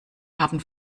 haben